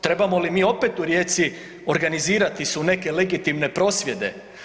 Trebamo li mi opet u Rijeci organizirati se u neke legitimne prosvjede.